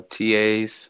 TAs